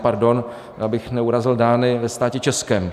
Pardon, abych neurazil Dány, ve státě českém.